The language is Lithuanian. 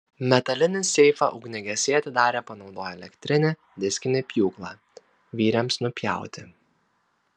metalinį seifą ugniagesiai atidarė panaudoję elektrinį diskinį pjūklą vyriams nupjauti